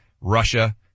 Russia